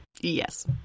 Yes